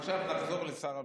עכשיו נחזור לשר המשפטים.